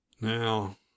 Now